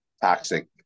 toxic